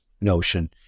notion